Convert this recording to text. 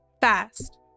Fast